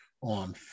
on